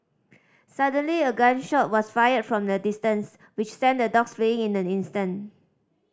suddenly a gun shot was fired from a distance which sent the dogs fleeing in an instant